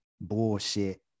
bullshit